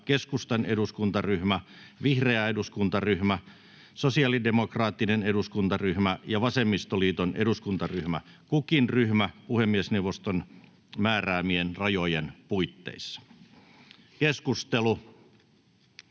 Keskustan eduskuntaryhmä, Vihreä eduskuntaryhmä, Sosialidemokraattinen eduskuntaryhmä ja Vasemmistoliiton eduskuntaryhmä, kukin ryhmä puhemiesneuvoston määräämien rajojen puitteissa.